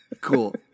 Cool